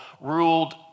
ruled